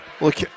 look